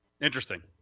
Interesting